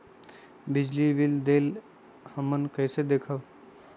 बिजली बिल देल हमन कईसे देखब?